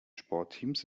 sportteams